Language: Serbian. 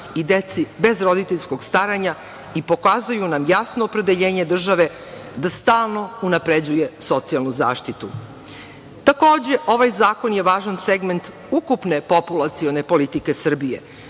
i deci bez roditeljskog staranja i pokazuju nam jasno opredeljenje države da stalno unapređuje socijalnu zaštitu. Takođe, ovaj zakon je važan segment ukupne populacione politike Srbije,